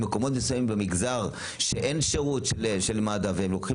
במקומות מסוימים במגזר שאין שירות של מד"א ולוקחים